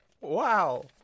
Wow